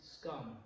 scum